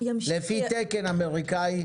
לפי תקן אמריקאי,